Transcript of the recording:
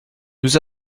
nous